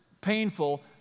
painful